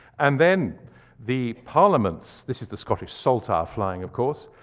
and then the parliaments this is the scottish saltire flying, of course.